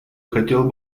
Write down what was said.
хотел